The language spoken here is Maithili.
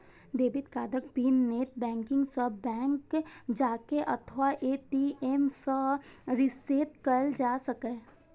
डेबिट कार्डक पिन नेट बैंकिंग सं, बैंंक जाके अथवा ए.टी.एम सं रीसेट कैल जा सकैए